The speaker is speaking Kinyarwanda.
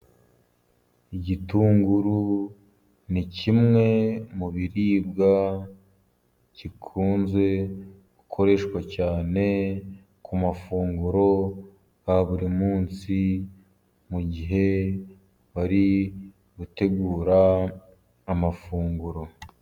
Igitunguru ni kimwe mu biribwa gikunzwe gukoreshwa cyane ku mafunguro ya buri munsi, mu gihe bari gutegura amafunguro.